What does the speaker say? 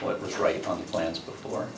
what was right on the plans before